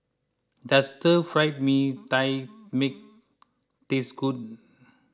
does Stir Fried Mee Tai Mak taste good